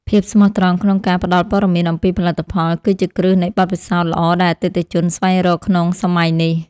ភាពស្មោះត្រង់ក្នុងការផ្ដល់ព័ត៌មានអំពីផលិតផល គឺជាគ្រឹះនៃបទពិសោធន៍ល្អដែលអតិថិជនស្វែងរកក្នុងសម័យនេះ។